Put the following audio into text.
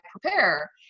prepare